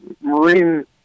Marine